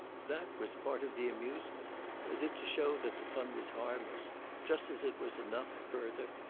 that was part of the amusement as if to show that the fun was harmless just as it was enough, further,